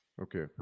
Okay